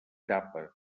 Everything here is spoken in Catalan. tapa